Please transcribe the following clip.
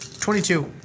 Twenty-two